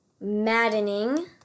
Maddening